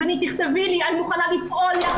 תכתבי לי ואני מוכנה לפעול יחד.